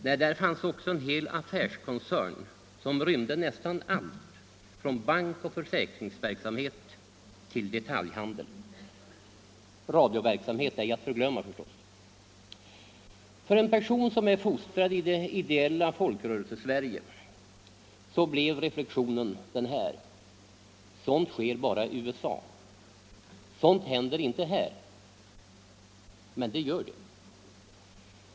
Nej, där fanns också en hel affärskoncern som rymde nästan allt från bankoch försäkringsverksamhet till detaljhandel — radioverksamhet ej att förglömma. För en person som är fostrad i det ideella Folkrörelsesverige blev reflexionen: Sådant sker bara i USA — sådant händer inte här. Men det gör det!